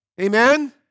Amen